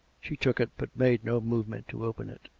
she took it but made no movement to open it.